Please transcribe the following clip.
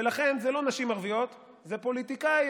ולכן זה לא נשים ערביות, זה פוליטיקאיות